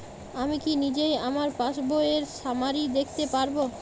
আমি কি নিজেই আমার পাসবইয়ের সামারি দেখতে পারব?